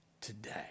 today